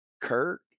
Kirk